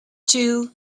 two